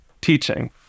teaching